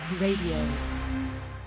Radio